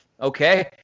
Okay